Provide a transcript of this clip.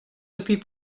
depuis